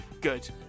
Good